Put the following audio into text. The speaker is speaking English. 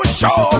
show